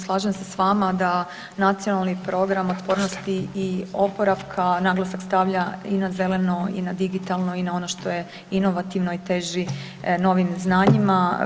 Slažem se sa vama da Nacionalni program otpornosti i oporavka naglasak stavlja i na zeleno i na digitalno i na ono što je inovativno i teži novim znanjima.